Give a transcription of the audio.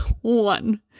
one